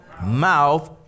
mouth